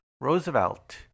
Roosevelt